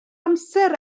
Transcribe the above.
amser